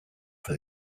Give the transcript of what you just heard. for